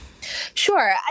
Sure